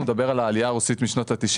הוא מדבר על העלייה הרוסית של שנות ה-90